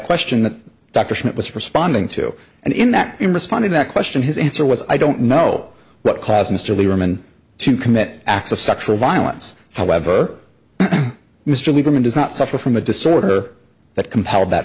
question that dr schmidt was responding to and in that in responding to that question his answer was i don't know what caused mr lieberman to commit acts of sexual violence however mr lieberman does not suffer from a disorder that compelled that